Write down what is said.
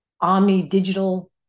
omni-digital